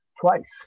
twice